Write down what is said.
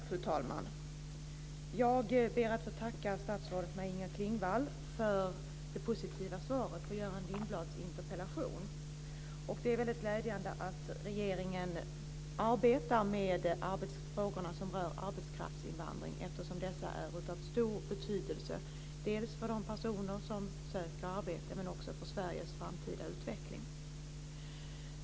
Fru talman! Jag ber att få tacka statsrådet Maj Inger Klingvall för det positiva svaret på Göran Lindblads interpellation. Det är väldigt glädjande att regeringen arbetar med frågorna som rör arbetskraftsinvandring eftersom dessa är av stor betydelse för de personer som söker arbete och också för Sveriges framtida utveckling.